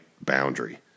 boundary